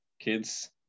kids